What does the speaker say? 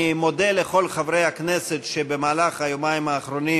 אני מודה לכל חברי הכנסת שבמהלך היומיים האחרונים